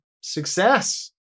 success